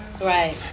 right